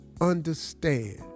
understand